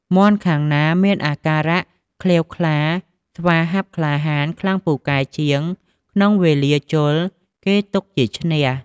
មាន់ខាងណាមានអាការៈក្លៀវក្លាស្វាហាប់ក្លាហាន ខ្លាំងពូកែជាងគេ ក្នុងវេលាជល់ គេទុកជាឈ្នះ ។